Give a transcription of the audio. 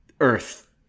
Earth